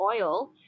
oil